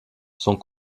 sont